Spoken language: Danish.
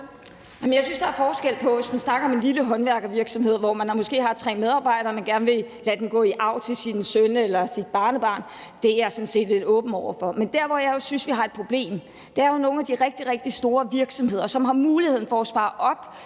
Jeg synes, der er forskel på, om man snakker om en lille håndværkervirksomhed med måske tre medarbejdere, som man gerne vil lade gå i arv til sin søn eller sit barnebarn, det er jeg sådan set lidt åben over for, eller om det er – og det er der, jeg synes vi har et problem – nogle af de rigtig, rigtig store virksomheder, som faktisk har muligheden for at spare op